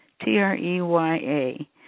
T-R-E-Y-A